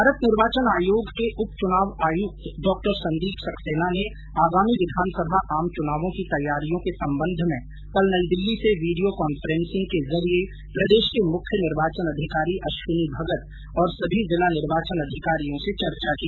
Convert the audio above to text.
भारत निर्वाचन आयोग के उप चुनाव आयुक्त डॉ संदीप संक्सेना ने आगामी विधानसभा आम चुनावों की तैयारियों के संबंध में कल नई दिल्ली से वीडियो कॉन्फ्रेंसिंग के जरिए प्रदेश के मुख्य निर्वाचन अधिकारी अश्विनी भगत और सभी जिला निर्वाचन अधिकारियों से चर्चा की